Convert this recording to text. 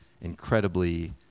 incredibly